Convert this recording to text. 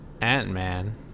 Ant-Man